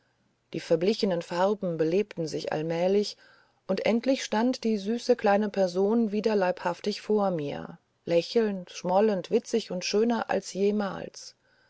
die verblichenen farben belebten sich allmählich und endlich stand die süße kleine person wieder leibhaftig vor mir lächelnd schmollend witzig und schöner noch als jemals